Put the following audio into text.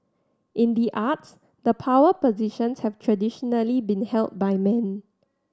in the arts the power positions have traditionally been held by men